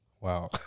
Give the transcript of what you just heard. Wow